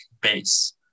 base